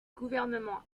gouvernement